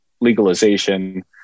legalization